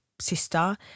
sister